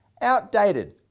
outdated